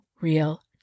real